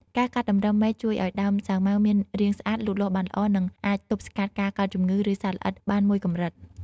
ការកាត់តម្រឹមមែកជួយឲ្យដើមសាវម៉ាវមានរាងស្អាត លូតលាស់បានល្អ និងអាចទប់ស្កាត់ការកើតជំងឺឬសត្វល្អិតបានមួយកម្រិត។